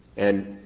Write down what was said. and,